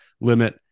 limit